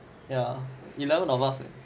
ya eleven of us